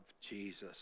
Jesus